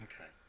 Okay